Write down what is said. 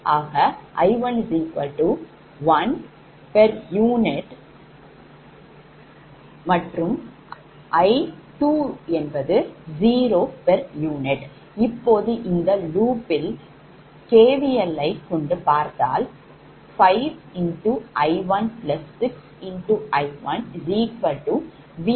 ஆக I11 pu m I20 pu இப்பொழுது இந்த loopல் KVLயை கொண்டு பார்த்தால் 5 X I16 X I1V1 pu